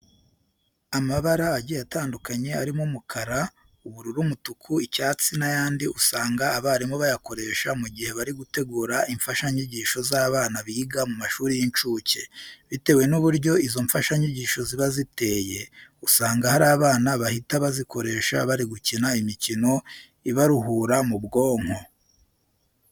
Amabara agiye atandukanye arimo umukara, ubururu, umutuku, icyatsi n'ayandi usanga abarimu bayakoresha mu gihe bari gutegura imfashanyigisho z'abana biga mu mashuri y'incuke. Bitewe n'uburyo izo mfashanyigisho ziba ziteye, usanga hari abana bahita bazikoresha bari gukina imikino ibaruhura mu bwonko.